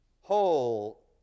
whole